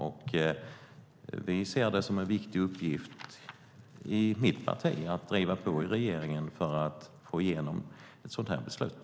Vi ser det som en viktig uppgift i mitt parti att driva på regeringen för att få igenom ett sådant här beslut.